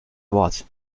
wort